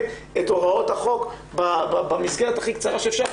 את הוראות החוק במסגרת הכי קצרה שאפשר,